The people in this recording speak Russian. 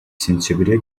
сентябре